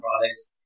products